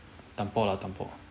tanpo lah tanpo